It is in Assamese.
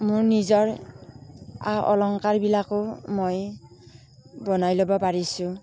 মোৰ নিজৰ আ অলংকাৰবিলাকো মই বনাই ল'ব পাৰিছোঁ